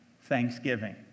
thanksgiving